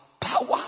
power